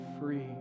free